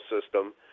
system